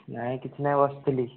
ନାହିଁ କିଛି ନାହିଁ ବସିଥିଲି